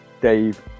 Dave